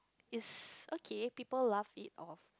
it's okay people laugh it off